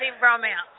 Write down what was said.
romance